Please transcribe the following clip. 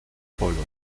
pueblo